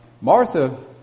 Martha